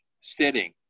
sitting